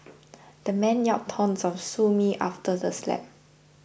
the man yelled taunts of sue me after the slap